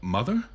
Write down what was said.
Mother